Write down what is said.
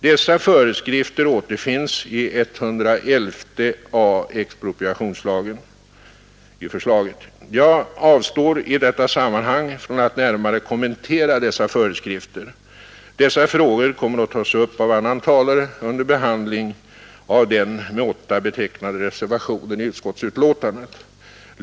Dessa föreskrifter återfinns i 111 a § expropriationslagen. Jag avstår i detta sammanhang från att närmare kommentera dessa föreskrifter. Dessa frågor kommer att tas upp av annan talare under behandling av den med 8 betecknade reservationen i utskottsbetänkandet.